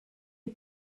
est